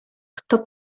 kto